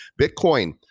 Bitcoin